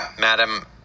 Madam